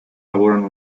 lavorano